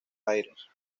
aires